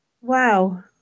wow